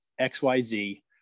XYZ